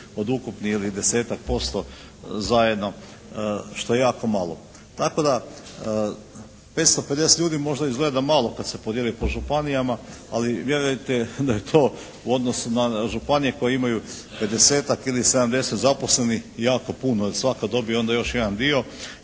od ukupnih ili 10-tak posto zajedno što je jako malo. Tako da, 550 ljudi možda izgleda malo kad se podijeli po županijama, ali vjerujte da je to u odnosu na županije koje imaju 50 ili 70 zaposlenik jako puno, jer svaka dobije onda još jedan dio.